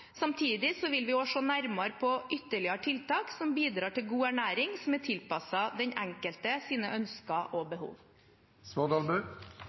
Samtidig vil vi også se nærmere på ytterligere tiltak som bidrar til god ernæring som er tilpasset den enkeltes ønsker og